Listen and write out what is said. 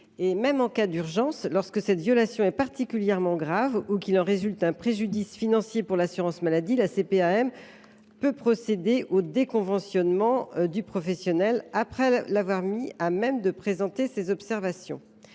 En cas d’urgence, lorsque cette violation est particulièrement grave ou qu’il en résulte un préjudice financier important pour l’assurance maladie, la CPAM peut procéder au déconventionnement du professionnel après l’avoir mis à même de présenter ses observations.